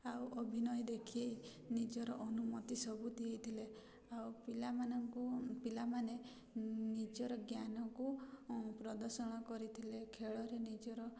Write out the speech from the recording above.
ଆଉ ଅଭିନୟ ଦେଖେଇ ନିଜର ଅନୁମତି ସବୁ ଦେଇଥିଲେ ଆଉ ପିଲାମାନଙ୍କୁ ପିଲାମାନେ ନିଜର ଜ୍ଞାନକୁ ପ୍ରଦର୍ଶନ କରିଥିଲେ ଖେଳରେ ନିଜର